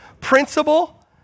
principle